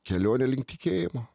kelionė link tikėjimo